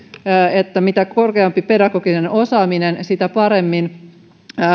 että mitä korkeampi pedagoginen osaaminen sitä paremmin